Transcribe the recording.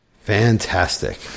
Fantastic